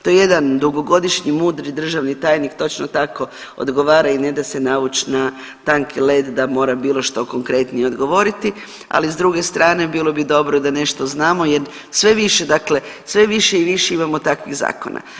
To je jedan dugogodišnji mudri državni tajnik točno tako odgovara i ne da se navući na tanki led da mora bilo što konkretnije odgovoriti, ali s druge strane bilo bi dobro da nešto znamo jer sve više, dakle sve više i više imamo takvih zakona.